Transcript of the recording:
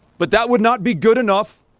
but that would not be good enough